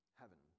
heaven